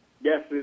Yes